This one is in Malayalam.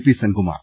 പി സെൻകുമാർ